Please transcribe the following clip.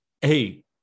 Hey